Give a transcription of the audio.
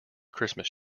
christmas